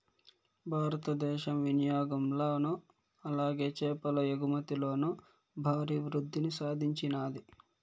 భారతదేశం వినియాగంలోను అలాగే చేపల ఎగుమతిలోను భారీ వృద్దిని సాధించినాది